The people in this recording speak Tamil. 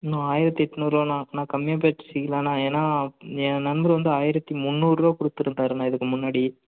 இன்னும் ஆயிரத்து எட்நூறுவா அண்ணா அண்ணா கம்மியாக பேசிக்கிலாம்ண்ணா ஏன்னா என் நண்பர் வந்து ஆயிரத்து முன்னூறுரூவா கொடுத்துருந்தாருண்ணா இதுக்கு முன்னாடி